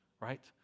right